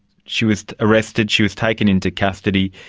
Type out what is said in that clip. she was arrested, she was taken into custody,